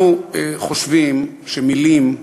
אנחנו חושבים שמילים,